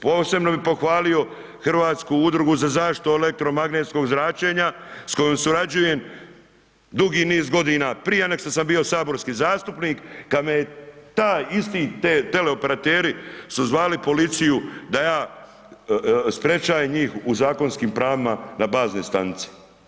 Posebno bi pohvalio Hrvatsku udrugu za zaštitu od elektromagnetskog zračenja s kojom surađujem dugi niz godina, prije nego što sam bio saborski zastupnik, kad me je taj isti teleoperateri su zvali policiju da ja sprečajem njih u zakonskim pravima na baznoj stanici.